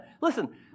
listen